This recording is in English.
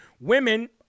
women